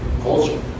culture